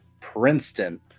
Princeton